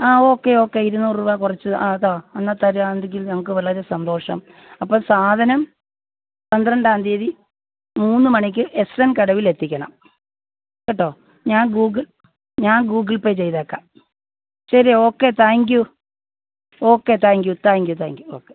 ആ okay okay ഇരുന്നൂറ് രൂവ കുറച്ച് എന്നാൽ താ എന്നാൽ തരുകയാണെങ്കിൽ ഞങ്ങൾക്ക് വളരെ സന്തോഷം അപ്പോൾ സാധനം പന്ത്രണ്ടാം തീയ്യതി മൂന്ന് മണിക്ക് എസ്എൻ കടവിലെത്തിക്കണം കേട്ടോ ഞാൻ ഗൂഗിൾ ഞാൻ ഗൂഗിൾ പേ ചെയ്തേക്കാം ശരി okay thank you okay thank you thank you thank you okay